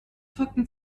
folgten